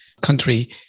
country